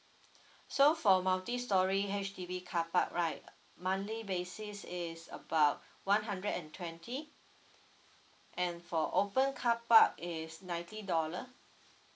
so for multi storey H_D_B carpark right monthly basis is about one hundred and twenty and for open carpark is ninety dollar